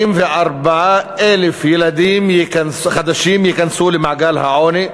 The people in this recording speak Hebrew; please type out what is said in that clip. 44,000 ילדים חדשים ייכנסו למעגל העוני,